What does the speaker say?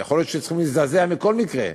יכול להיות שצריכים להזדעזע מכל מקרה,